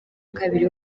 kabiri